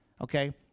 okay